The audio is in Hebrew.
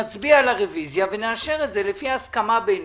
נצביע על הרוויזיה ונאשר את זה לפי ההסכמה בינינו.